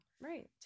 Right